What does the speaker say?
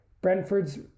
Brentford's